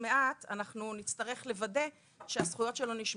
מעט נצטרך לוודא שהזכויות שלו נשמרות.